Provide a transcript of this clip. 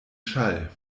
schall